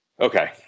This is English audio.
Okay